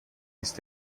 ist